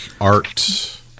Art